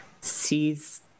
sees